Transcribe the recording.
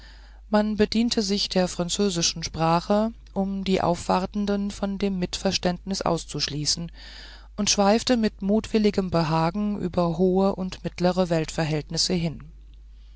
man bediente sich der französischen sprache um die aufwartenden von dem mitverständnis auszuschließen und schweifte mit mutwilligem behagen über hohe und mittlere weltverhältnisse hin